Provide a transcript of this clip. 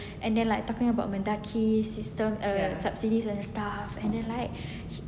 and then like talking about Mendaki system uh subsidies and stuff and like